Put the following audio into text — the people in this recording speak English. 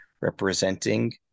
representing